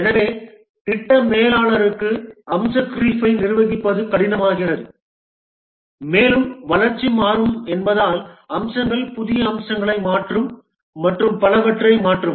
எனவே திட்ட மேலாளருக்கு அம்ச க்ரீப்பை நிர்வகிப்பது கடினமாகிறது மேலும் வளர்ச்சி மாறும் என்பதால் அம்சங்கள் புதிய அம்சங்களை மாற்றும் மற்றும் பலவற்றை மாற்றும்